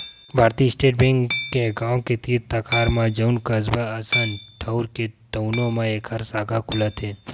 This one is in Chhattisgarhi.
भारतीय स्टेट बेंक के गाँव के तीर तखार म जउन कस्बा असन ठउर हे तउनो म एखर साखा खुलत हे